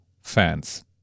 fans